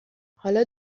حالا